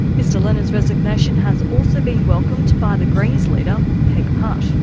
mr lennon's resignation has also been welcomed by the greens leader, peg putt.